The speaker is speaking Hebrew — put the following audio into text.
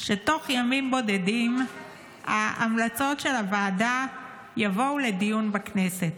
שתוך ימים בודדים ההמלצות של הוועדה יבואו לדיון בכנסת.